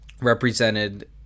represented